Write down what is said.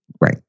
Right